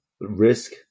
risk